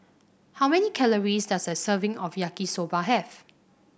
how many calories does a serving of Yaki Soba have